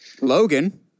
Logan